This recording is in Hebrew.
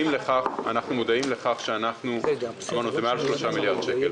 זה מעל 3 מיליארד שקל.